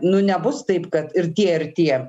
nu nebus taip kad ir tie ir tie